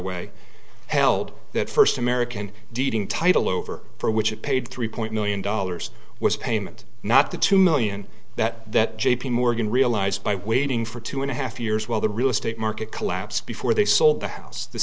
way held that first american deeding title over for which it paid three point million dollars was payment not the two million that that j p morgan realized by waiting for two and a half years while the real estate market collapsed before they sold the house the